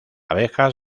abejas